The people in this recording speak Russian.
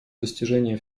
достижение